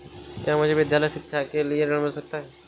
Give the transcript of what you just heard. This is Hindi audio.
क्या मुझे विद्यालय शिक्षा के लिए ऋण मिल सकता है?